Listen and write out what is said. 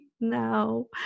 now